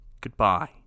Goodbye